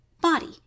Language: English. Body